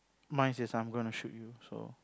mine says I'm gonna shoot you so